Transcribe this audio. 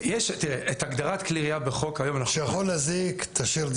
כלי ירייה בחוק אנחנו --- "שיכול להזיק" תשאיר את